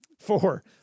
Four